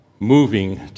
Moving